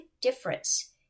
difference